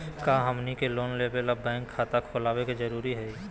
का हमनी के लोन लेबे ला बैंक खाता खोलबे जरुरी हई?